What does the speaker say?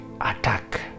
attack